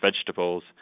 vegetables